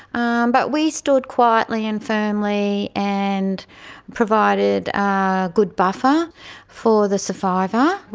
um but we stood quietly and firmly and provided a good buffer for the survivor.